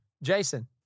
Jason